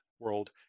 world